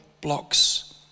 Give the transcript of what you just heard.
blocks